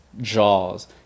jaws